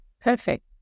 Perfect